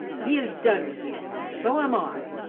he is done with you, and so am i!